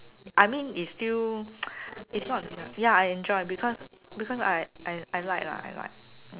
I mean it's still ya I enjoy because because I I I like lah I like